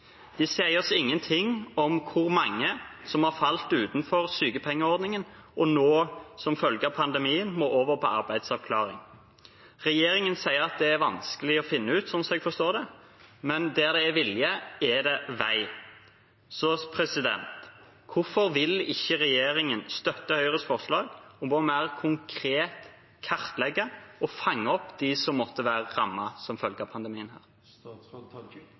De sier oss ingenting om hvor mange som har falt utenfor sykepengeordningen, og nå, som følge av pandemien, må over på arbeidsavklaringspenger. Regjeringen sier at det er vanskelig å finne ut – slik jeg forstår det – men der det er vilje, er det også vei. Hvorfor vil ikke regjeringen støtte Høyres forslag om mer konkret å kartlegge og fange opp dem som måtte være rammet som følge av pandemien?